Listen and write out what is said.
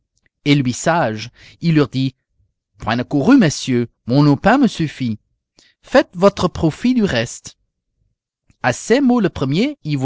et lui sage il leur dit point de courroux messieurs mon lopin me suffit faites votre profit du reste à ces mots le premier